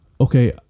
Okay